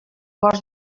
cos